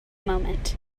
moment